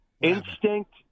Instinct